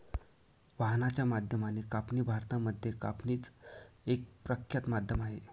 वाहनाच्या माध्यमाने कापणी भारतामध्ये कापणीच एक प्रख्यात माध्यम आहे